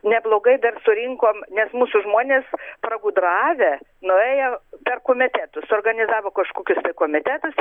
neblogai dar surinkom nes mūsų žmonės pragudravę nuėjo per komitetus suorganizavo kažkokius komitetus